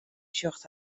sjocht